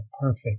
perfect